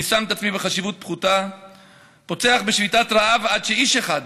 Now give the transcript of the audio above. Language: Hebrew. אני שם את עצמי בחשיבות פחותה ופותח בשביתת רעב עד שאיש אחד,